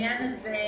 העניין הזה,